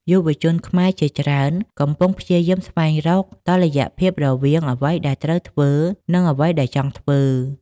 យុវជនខ្មែរជាច្រើនកំពុងព្យាយាមស្វែងរកតុល្យភាពរវាង "អ្វីដែលត្រូវធ្វើ" និង "អ្វីដែលចង់ធ្វើ"។